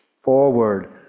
forward